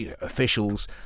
officials